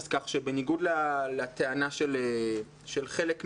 אז ככה שבניגוד לטענה של חלק מאנשים,